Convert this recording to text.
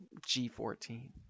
G14